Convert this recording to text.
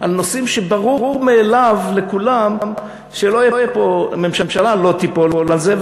על נושאים שברור מאליו לכולם שממשלה לא תיפול עליהם,